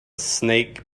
snake